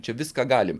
čia viską galim